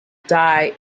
die